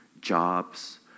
jobs